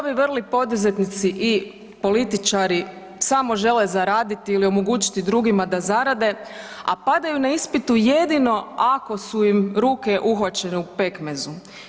Svi ovi vrli poduzetnici i političari samo žele zaraditi ili omogućiti drugima da zarade, a padaju na ispitu jedino ako su im ruke uhvaćene u pekmezu.